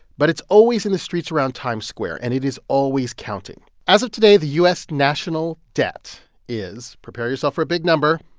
but it's always in the streets around times square. and it is always counting as of today, the u s. national debt is prepare yourself for a big number